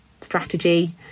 strategy